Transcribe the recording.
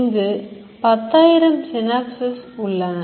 இங்கு 10000 synapses உள்ளன